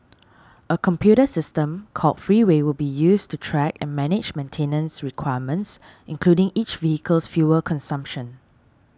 a computer system called Freeway will be used to track and manage maintenance requirements including each vehicle's fuel consumption